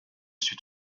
suis